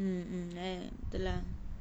mm mm tu lah